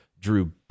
Drew